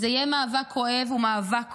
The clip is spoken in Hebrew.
זה יהיה מאבק כואב, הוא מאבק כואב,